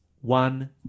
one